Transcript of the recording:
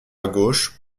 gauche